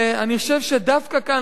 ואני חושב שדווקא כאן,